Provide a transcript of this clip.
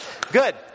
Good